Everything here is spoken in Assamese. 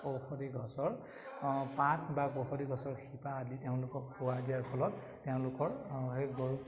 ঔষধি গছৰ পাত বা ঔষধি গছৰ শিপা আদি তেওঁলোকক খোৱাই দিয়াৰ ফলত তেওঁলোকৰ সেই গৰু